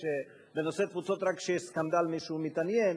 שבנושא התפוצות רק כשיש סקנדל מישהו מתעניין,